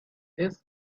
its